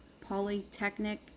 Polytechnic